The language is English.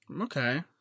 Okay